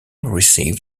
receiving